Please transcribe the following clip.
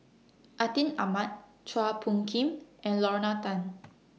Atin Amat Chua Phung Kim and Lorna Tan